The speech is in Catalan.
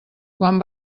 quan